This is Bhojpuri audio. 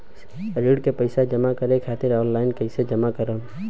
ऋण के पैसा जमा करें खातिर ऑनलाइन कइसे जमा करम?